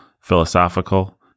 philosophical